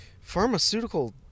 pharmaceutical